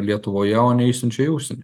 lietuvoje o neišsiunčia į užsienį